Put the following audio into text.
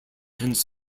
tends